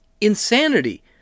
insanity